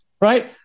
right